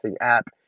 app